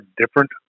different